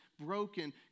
broken